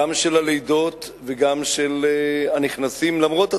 גם הלידות וגם הנכנסים, למרות הצרות,